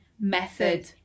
method